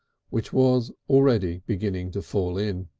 which was already beginning to fall in.